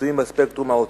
המצויים בספקטרום האוטיסטי.